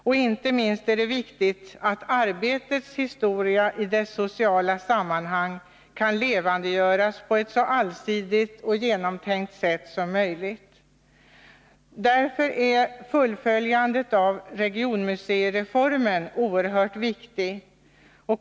Det är inte minst viktigt att arbetets historia i dess sociala sammanhang kan levandegöras på ett så allsidigt och genomtänkt sätt som möjligt. Fullföljandet av regionmuseireformen är därför oerhört viktigt.